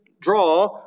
Draw